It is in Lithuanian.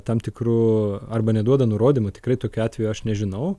tam tikrų arba neduoda nurodymų tikrai tokių atvejų aš nežinau